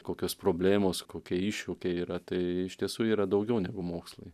kokios problemos kokie iššūkiai yra tai iš tiesų yra daugiau negu mokslai